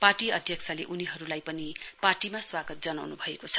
party अध्यक्षले उनीहरुलाई पार्टीमा स्वागत जनाउनुभएको छ